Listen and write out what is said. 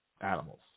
animals